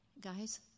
guys